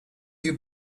you